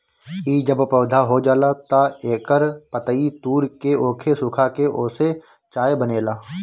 इ जब पौधा हो जाला तअ एकर पतइ तूर के ओके सुखा के ओसे चाय बनेला